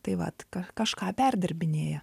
tai vat ką kažką perdirbinėja